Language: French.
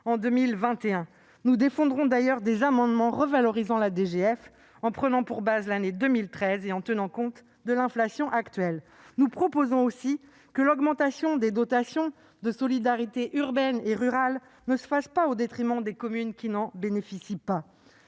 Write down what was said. en 2021. Nous défendrons d'ailleurs des amendements tendant à revaloriser la DGF en prenant pour base l'année 2013 et en tenant compte de l'inflation actuelle. Nous proposons aussi que l'augmentation de la dotation de solidarité urbaine (DSU) et de la dotation de solidarité rurale (DSR) ne se fasse pas au détriment des communes qui n'en bénéficient pas.